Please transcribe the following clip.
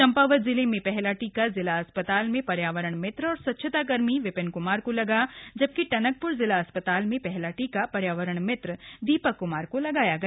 चम् ावत जिले में हला टीका जिला अस् ताल में र्यावरण मित्र वि िन क्मार को लगा जबकि टनक र जिला अस् ताल में हला टीका र्यावरण मित्र दी क क्मार को लगाया गया